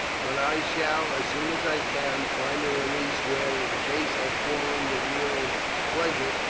but i shall, as soon as i can, find a retreat where, in case i fall under nero's displeasure,